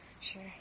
Sure